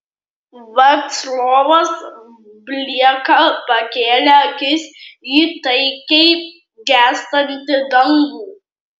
vaclovas blieka pakėlė akis į taikiai gęstantį dangų